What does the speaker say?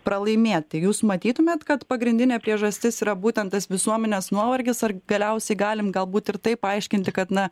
pralaimėti jūs matytumėt kad pagrindinė priežastis yra būtent tas visuomenės nuovargis ar galiausiai galim gal būt ir taip paaiškinti kad na